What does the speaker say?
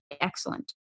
excellent